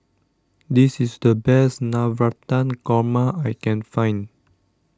this is the best Navratan Korma I can find